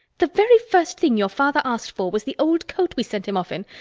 the very first thing your father asked for was the old coat we sent him off in.